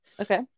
Okay